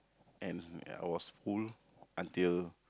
and I was full until